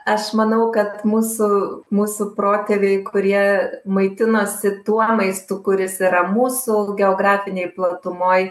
aš manau kad mūsų mūsų protėviai kurie maitinosi tuo maistu kuris yra mūsų geografinėj platumoj